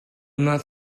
not